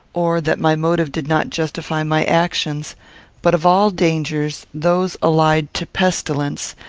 or that my motive did not justify my actions but of all dangers, those allied to pestilence,